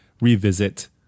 revisit